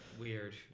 Weird